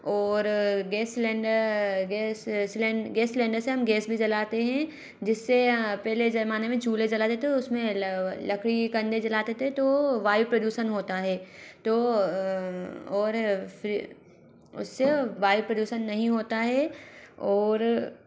और gas cylinder gas gas cylinder से हम गेस भी जलाते हैं जिससे पहले ज़माने में चूल्हे जलाते थे उसमें लकड़ी कंडे जलाते थे तो वायु प्रदूषण होता है तो और फिर उससे वायु प्रदूषण नहीं होता है और